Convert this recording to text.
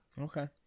okay